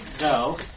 no